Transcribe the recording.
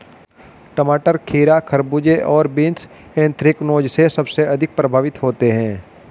टमाटर, खीरा, खरबूजे और बीन्स एंथ्रेक्नोज से सबसे अधिक प्रभावित होते है